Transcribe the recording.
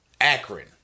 Akron